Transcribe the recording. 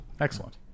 excellent